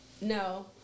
No